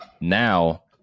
now